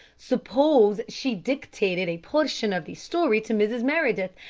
suppose she dictated a portion of the story to mrs. meredith,